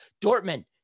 Dortmund